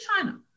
China